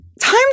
Time